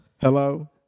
hello